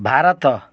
Bharat